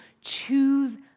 choose